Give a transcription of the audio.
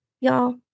Y'all